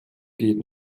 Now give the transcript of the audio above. geht